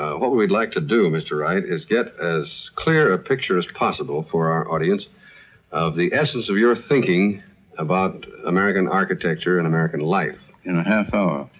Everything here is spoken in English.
ah what what we'd like to do, mr. wright, is get as clear a picture as possible for our audience the essence of your thinking about american architecture and american life. in a half hour.